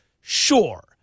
sure